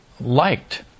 liked